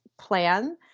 plan